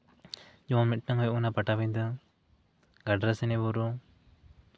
ᱡᱮᱢᱚᱱ ᱢᱤᱫᱴᱟᱱ ᱦᱩᱭᱩᱜ ᱠᱟᱱᱟ ᱯᱟᱴᱟᱵᱤᱸᱫᱟᱹ ᱜᱟᱰᱨᱟᱥᱤᱱᱤ ᱵᱩᱨᱩ